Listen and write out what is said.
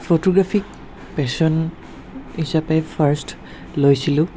photographic passion হিচাপে first লৈছিলোঁ